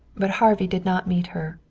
but harvey did not meet her.